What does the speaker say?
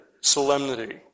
solemnity